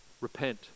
Repent